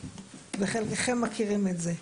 וחלקכם מכירים את זה.